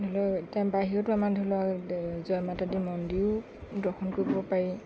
এতিয়া বাহিৰতো আমাৰ ধৰি লওক জয় মাতাদী মন্দিৰো দৰ্শন কৰিব পাৰি